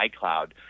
iCloud